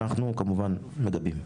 אנחנו כמובן מגבים.